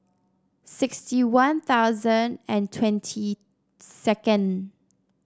sixty One Thousand and twenty second